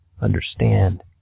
understand